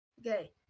Okay